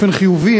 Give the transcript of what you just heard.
באופן חיובי,